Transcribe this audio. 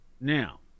Now